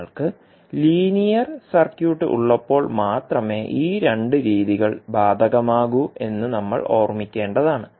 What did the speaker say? നിങ്ങൾക്ക് linear circuit ഉള്ളപ്പോൾ മാത്രമേ ഈ രണ്ട് രീതികൾ ബാധകമാകൂ എന്ന് നമ്മൾ ഓർമ്മിക്കേണ്ടതാണ്